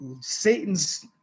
Satan's